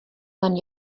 man